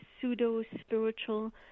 pseudo-spiritual